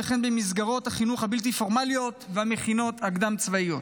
וכן במסגרות החינוך הבלתי-פורמליות והמכינות הקדם-צבאיות.